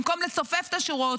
במקום לצופף את השורות,